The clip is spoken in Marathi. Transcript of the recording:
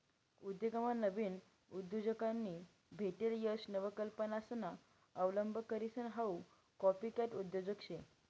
उद्योगमा नाविन उद्योजकांनी भेटेल यश नवकल्पनासना अवलंब करीसन हाऊ कॉपीकॅट उद्योजक शे